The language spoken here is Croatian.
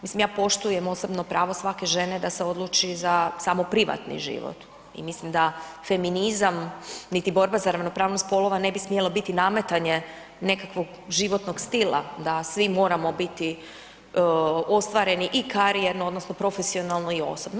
Mislim ja poštujem osobno pravo svake žene da se odluči za samo privatni život i mislim da feminizam niti borba za ravnopravnost spolova ne bi smjelo biti nametanje nekakvog životnog stila, da svi moramo biti ostvareni i karijerno odnosno profesionalno i osobno.